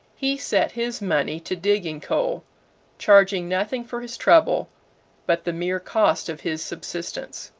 he set his money to digging coal charging nothing for his trouble but the mere cost of his subsistence.